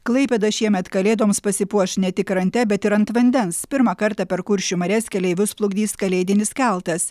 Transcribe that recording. klaipėda šiemet kalėdoms pasipuoš ne tik krante bet ir ant vandens pirmą kartą per kuršių marias keleivius plukdys kalėdinis keltas